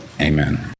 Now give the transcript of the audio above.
Amen